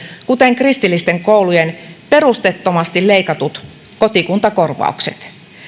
kuten kristillisten koulujen perusteettomasti leikatut kotikuntakorvaukset